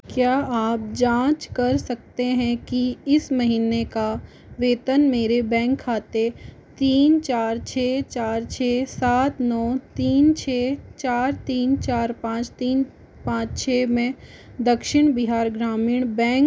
क्या आप जाँच कर सकते हैं कि इस महीने का वेतन मेरे बैंक खाते तीन चार छ चार छ सात नौ तीन तीन छ चार तीन चार पाँच तीन पाँच छ में दक्षिण बिहार ग्रामीण बैंक